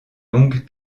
longues